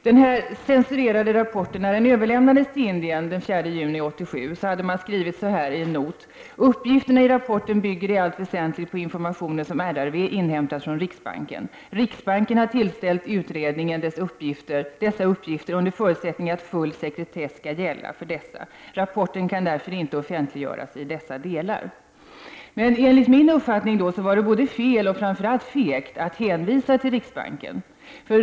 När den censurerade rapporten överlämnades till Indien den 4 juni 1987 hade man skrivit så här i en not: ”Uppgifterna i rapporten bygger i allt väsentligt på informationer som RRV inhämtat från riksbanken. Riksbanken har tillställt utredningen dessa uppgifter under förutsättning att full sekretess skall gälla för dessa. Rapporten kan därför inte offentliggöras i dessa delar.” Enligt min uppfattning var det både fel och framför allt fegt att hänvisa till riksbanken.